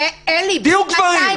תהיו גברים.